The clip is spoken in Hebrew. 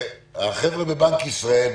שהחבר'ה מבנק ישראל,